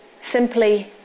simply